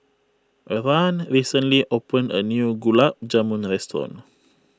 Rahn recently opened a new Gulab Jamun restaurant